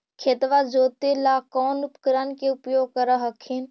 खेतबा जोते ला कौन उपकरण के उपयोग कर हखिन?